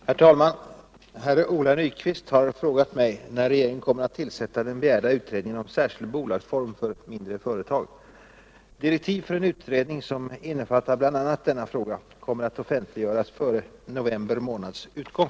Herr talman! Herr Nyquist har frågat mig när regeringen kommer att tillsätta den begärda utredningen om särskild bolagsform för mindre företag. Direktiv för en utredning som innefattar bl.a. denna fråga kommer att offentliggöras före november månads utgång.